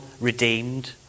redeemed